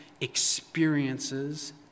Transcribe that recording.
experiences